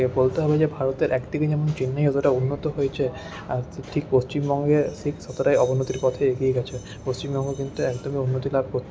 বলতে হবে যে ভারতের একদিকে যেমন চেন্নাই এতটা উন্নত হয়েছে আর ঠিক পশ্চিমবঙ্গের ঠিক ততোটাই অবনতির পথে এগিয়ে গেছে পশ্চিমবঙ্গ কিন্তু একদমই উন্নতি লাভ করতে পারেনি